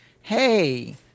hey